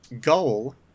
goal